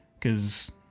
Cause